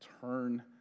turn